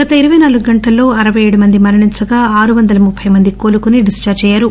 గత ఇరవై నాలుగు గంటల్లో అరవైఏడు మంది మరణించగా ఆరు వందల ముప్పె మంది కోలుకుని డిస్చార్ట్ అయ్యారు